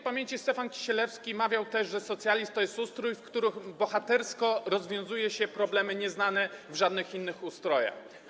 Śp. Stefan Kisielewski mawiał też, że socjalizm to jest ustrój, w którym bohatersko rozwiązuje się problemy nieznane w żadnych innych ustrojach.